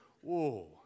whoa